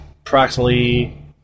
approximately